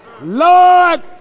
Lord